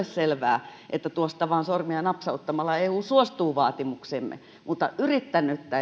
selvää että tuosta vain sormia napsauttamalla eu suostuu vaatimuksiimme mutta yrittänyttä